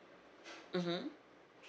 mmhmm